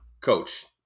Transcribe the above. coach